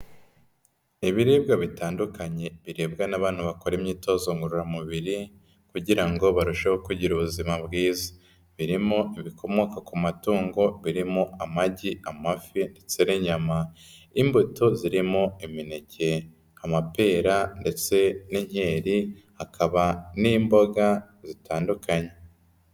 Ibiribwa bitandukanye birebwa n'abantu bakora imyitozo ngororamubiri kugira ngo barusheho kugira ubuzima bwiza, birimo ibikomoka ku matungo birimo amagi, amafi, ndetse n'inyama, imbuto zirimo imineke, amapera ndetse n'inkeri, hakaba n'imboga zitandukanye.